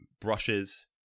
brushes